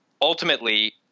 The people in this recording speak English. ultimately